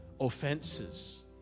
offenses